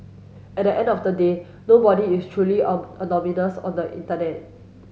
at the end of the day nobody is truly a anonymous on the internet